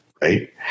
right